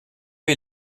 wie